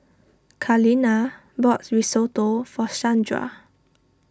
Kaleena bought Risotto for Shandra